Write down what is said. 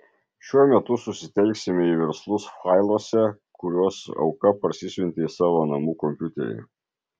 šiuo metu susitelksime į verslus failuose kuriuos auka parsisiuntė į savo namų kompiuterį